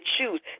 choose